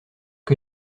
que